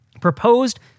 proposed